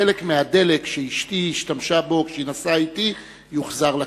חלק מהדלק שאשתי השתמשה בו כשהיא נסעה אתי יוחזר לכנסת.